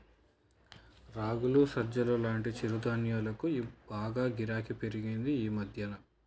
రాగులు, సజ్జలు లాంటి చిరుధాన్యాలకు బాగా గిరాకీ పెరిగింది ఈ మధ్యన